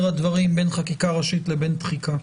הדברים בין חקיקה ראשית לבין תחיקה.